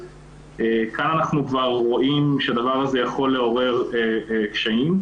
כאן אנחנו כבר רואים שהדבר הזה יכול לעורר קשיים.